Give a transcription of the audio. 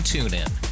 TuneIn